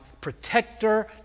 protector